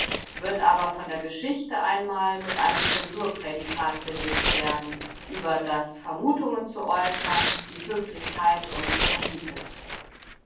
wird aber von der geschichte einmal mit einem zensurprädikat belegt werden über das vermutungen zu äußern die höflichkeit uns verbietet